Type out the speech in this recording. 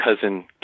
cousin